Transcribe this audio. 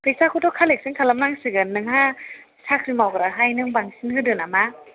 फैसाखौथ' कालेकस'न खालाम नांसिगोन नोंहा साख्रि मावग्राखाय नों बांसिन होदो नामा